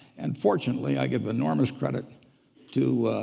and fortunately i give enormous credit to